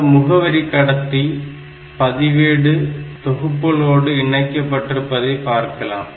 இந்த முகவரி கடத்தி பதிவேடு தொகுப்புகளோடு இணைக்க பட்டிருப்பதை பார்க்கலாம்